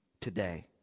today